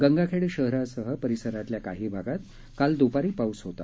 गंगाखही शहरासह परिसरातल्या काही भागात काल दूपारी पाऊस झाला